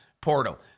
portal